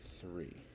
three